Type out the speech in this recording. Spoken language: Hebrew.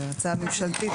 זו הצעה ממשלתית,